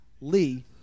Lee